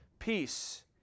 peace